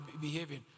behaving